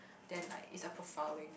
then like it's a profiling